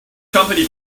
company